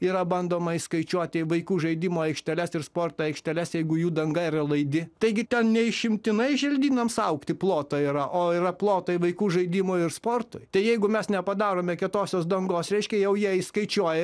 yra bandoma įskaičiuoti vaikų žaidimo aikšteles ir sporto aikšteles jeigu jų danga yra laidi taigi ten neišimtinai želdynams augti ploto yra o yra plotai vaikų žaidimui ir sportui tai jeigu mes nepadarome kietosios dangos reiškia jau jie įskaičiuoja